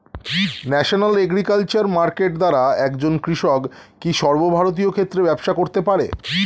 National agriculture market দ্বারা একজন কৃষক কি সর্বভারতীয় ক্ষেত্রে ব্যবসা করতে পারে?